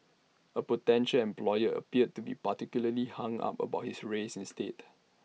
A potential employer appeared to be particularly hung up about his race instead